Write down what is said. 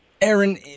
Aaron